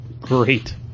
great